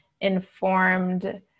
informed